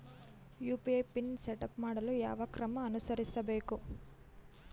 UPI PIN setup ಮಾಡಲು ಯಾವ ಕ್ರಮ ಅನುಸರಿಸಬೇಕು?